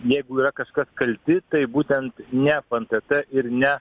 jeigu yra kažkas kalti tai būtent ne fntt ir ne